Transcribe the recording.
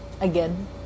again